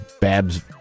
Babs